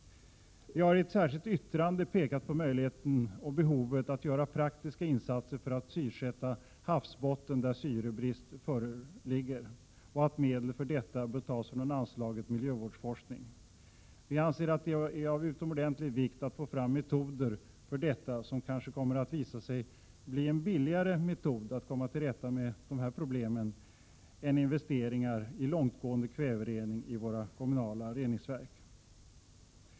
Vi har i ett särskilt yttrande pekat på möjligheten och behovet att göra praktiska insatser för att syresätta havsbottnen där syrebrist råder och att medel för detta bör tas ur anslaget Miljövårdsforskning. Vi anser det vara av utomordentlig vikt att få fram metoder att komma till rätta med dessa problem som kanske kommer att visa sig bli billigare än t.ex. investeringar i långtgående kväverening i våra kommunala reningsverk.